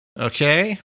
okay